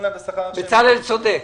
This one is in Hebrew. בצלאל צודק.